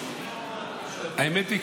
האמת היא,